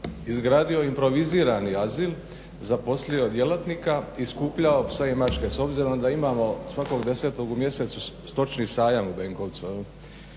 izgradio improvizirani azil, zaposlio djelatnika i skupljao pse i mačke. S obzirom da imamo svakog 10. u mjesecu stočni sajam u Benkovcu,